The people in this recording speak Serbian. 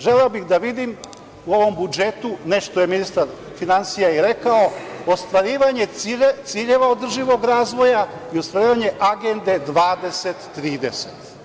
Želeo bih da vidim u ovom budžetu, nešto je ministar finansija i rekao – ostvarivanje ciljeva održivog razvoja i ostvarivanje Agende 2030.